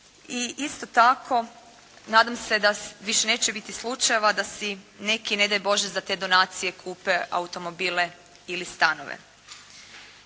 i isto tako nadam se da više neće biti slučajeva da si neki ne daj Bože za te donacije kupe automobile ili stanove.